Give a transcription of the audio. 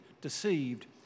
deceived